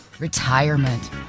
retirement